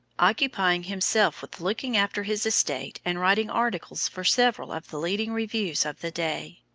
occupying himself with looking after his estate and writing articles for several of the leading reviews of the day.